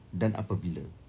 dan apabila